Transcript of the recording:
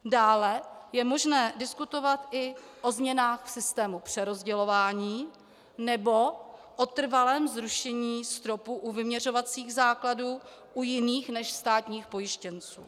Dále je možné diskutovat i o změnách v systému přerozdělování nebo o trvalém zrušení stropu u vyměřovacích základů u jiných než státních pojištěnců.